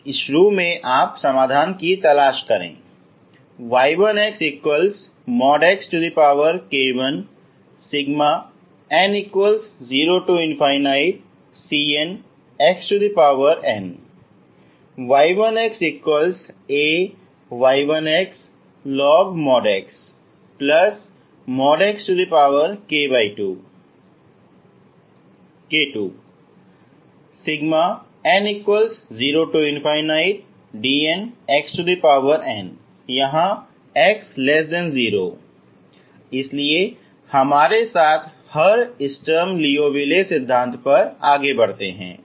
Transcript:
इसलिए शुरू में आप समाधान की तलाश करते हैं y1xxk1n0cnxn y1xAy1xlogxxk2 n0dnxn x0 इसलिए इसके साथ हम स्टर्म लिओविले सिद्धांत पर आगे बढ़ते हैं